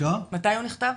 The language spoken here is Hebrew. מתי נכתב